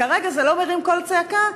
כרגע זה לא מרים קול צעקה,